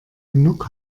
genug